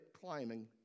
climbing